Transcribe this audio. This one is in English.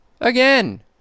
Again